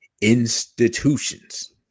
institutions